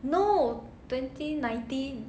no twenty nineteen